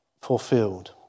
fulfilled